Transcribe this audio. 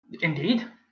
Indeed